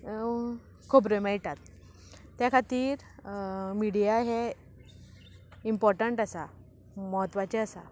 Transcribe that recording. खबरो मेळटात त्या खातीर मिडिया हें इम्पॉर्टंट आसा म्हत्वाचें आसा